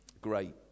great